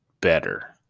better